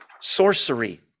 sorcery